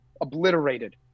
obliterated